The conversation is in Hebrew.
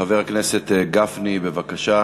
חבר הכנסת משה גפני, בבקשה.